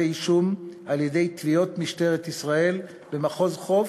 אישום על-ידי תביעות משטרת ישראל במחוז חוף,